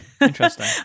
Interesting